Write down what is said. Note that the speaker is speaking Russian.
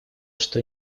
что